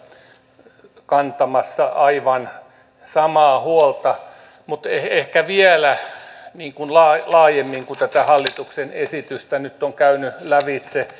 olisin itse asiassa kantamassa aivan samaa huolta mutta ehkä vielä laajemmin kun tätä hallituksen esitystä nyt olen käynyt lävitse